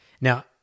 Now